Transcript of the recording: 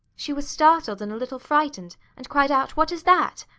she was startled and a little frightened, and cried out what is that?